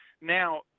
Now